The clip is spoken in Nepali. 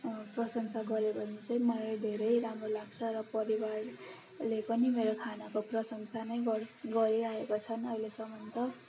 प्रशंसा गऱ्यो भने चाहिँ मलाई धेरै राम्रो लाग्छ र परिवारले पनि मेरो खानाको प्रशंसा नै गर गरिरहेका छन् अहिलेसम्म त